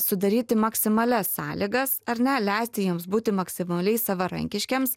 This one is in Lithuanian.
sudaryti maksimalias sąlygas ar ne leisti jiems būti maksimaliai savarankiškiems